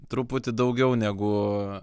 truputį daugiau negu